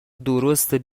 درسته